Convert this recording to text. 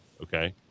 okay